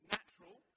Natural